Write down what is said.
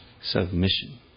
submission